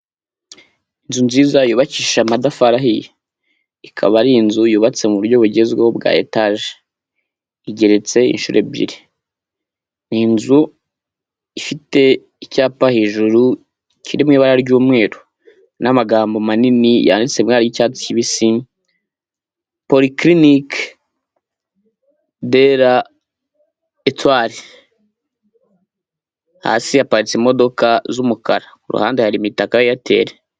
Inzu nziza yubakishije amatafari ahiye, ikaba ari inzu yubatse mu buryo bugezweho bwa etaje, igeretse inshuro ebyiri, ni inzu ifite icyapa hejuru kirimo ibara ry'umweru n'amagambo manini yanditse mu ibara ry'icyatsi kibisi, polyclinic bela etoile, hasi haparitse imodoka z'umukara, ku ruhande hari imitaka ya airtel.